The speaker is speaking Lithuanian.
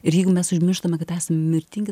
ir jeigu mes užmirštame kad esam mirtingi